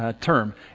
term